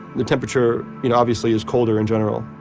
the temperature obviously is colder in general,